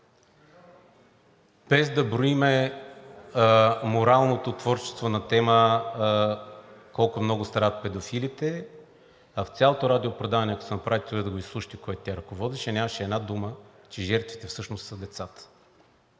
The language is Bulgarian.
Без да броим моралното творчество на тема „Колко много страдат педофилите“, а в цялото радиопредаване, ако си направите труда да го изслушате, което тя ръководеше, нямаше една дума, че жертвите всъщност са децата.